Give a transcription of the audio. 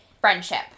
friendship